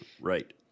Right